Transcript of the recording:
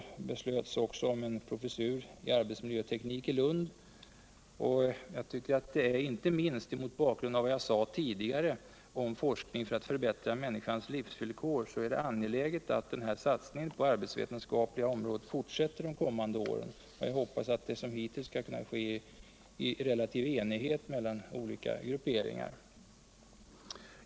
Föregående år inrättades en professur i arbetsmiljöteknik i Lund. Inte minst mot bakgrund av vad jag tidigare sade om forskning för att förbättra människans livsvillkor tycker jag att det är angeläget att satsningen på det arbetsvetenskapliga området fortsätter de kommande åren. Jag hoppas att det som hittills skall kunna ske i relativ enighet mellan olika grupperingar.